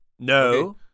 No